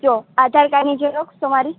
જો આધાર કાર્ડની ઝેરોક્ષ તમારી